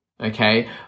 Okay